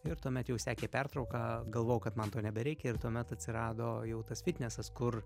ir tuomet jau sekė pertrauka galvojau kad man to nebereikia ir tuomet atsirado jau tas fitnesas kur